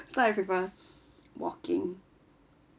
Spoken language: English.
so I prefer walking